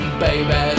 baby